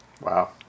Wow